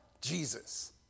Jesus